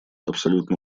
абсолютно